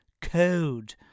code